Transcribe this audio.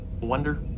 Wonder